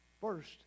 first